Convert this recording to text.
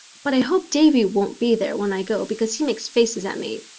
but i hope davy won't be there when i go because he makes faces at me.